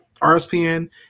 RSPN